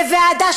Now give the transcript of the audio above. בוועדה,